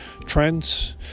trends